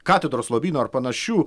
katedros lobyno ar panašių